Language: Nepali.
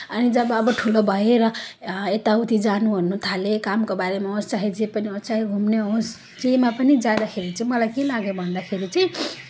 अनि जब अब ठुलो भएँ र यताउति जानुओर्नु थालेँ कामको बारेमा होस् चाहे जे पनि होस् चाहे घुम्ने होस् जेमा पनि जाँदाखेरि चाहिँ मलाई के लाग्यो भन्दाखेरि चाहिँ